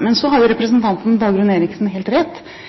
Men så har representanten Dagrun Eriksen helt rett